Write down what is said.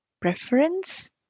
preference